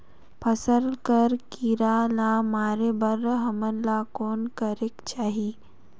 फसल कर कीरा ला मारे बर हमन ला कौन करेके चाही?